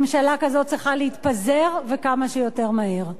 ממשלה כזאת צריכה להתפזר, וכמה שיותר מהר.